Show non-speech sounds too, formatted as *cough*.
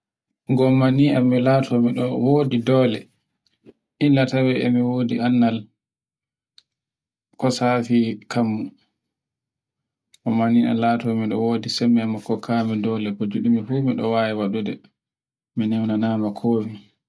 gomma ni mi laato toni e wodi dole, illa tawe e mi wodi annal kosafi kam, immani mi laato ɗo wodi sembe mi kokkami sembe mi kokkami dole *noise* ko ngiɗi mi fu, miniminaiyma komi. *noise*